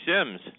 Sims